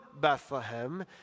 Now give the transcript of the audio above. Bethlehem